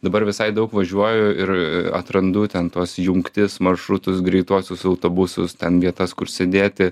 dabar visai daug važiuoju ir atrandu ten tuos jungtis maršrutus greituosius autobusus ten vietas kur sėdėti